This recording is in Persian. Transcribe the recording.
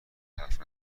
حرف